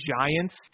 Giants